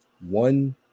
one